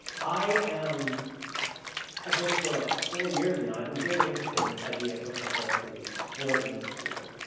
i am have been for like four years now. i've been very interested in this idea of personal productivity and what it means to people.